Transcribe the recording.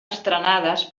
estrenades